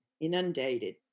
inundated